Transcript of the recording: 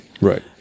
Right